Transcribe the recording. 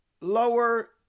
Lower